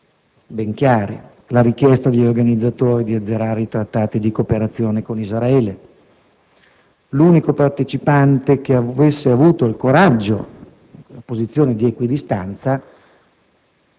ben chiari, come la richiesta degli organizzatori di azzerare i trattati di cooperazione con Israele. L'unico partecipante che ha avuto il coraggio di prendere una posizione di equidistanza